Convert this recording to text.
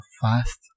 fast